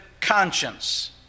conscience